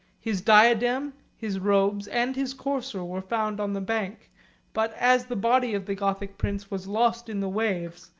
his diadem, his robes, and his courser, were found on the bank but as the body of the gothic prince was lost in the waves,